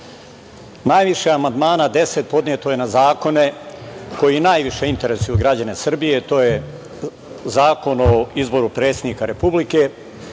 Najviše amandmana, deset, podneto je na zakone koji najviše interesuju građane Srbije, a to je Zakon o izboru predsednika Republike,